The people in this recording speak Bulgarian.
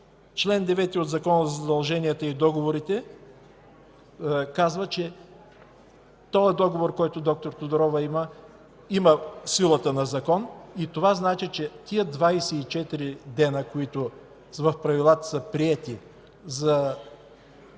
Член 9 от Закона за задълженията и договорите казва, че този договор, който д-р Тодорова има, има силата на закон и това значи, че тези 24 дни, които са приети в